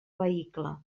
vehicle